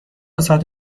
ساعت